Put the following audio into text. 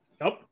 Nope